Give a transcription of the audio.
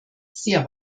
sehr